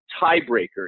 tiebreaker